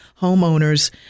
homeowners